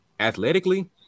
Athletically